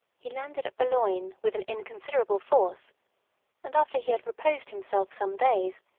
he landed at boulogne with an inconsiderable force and after he had reposed himself some days,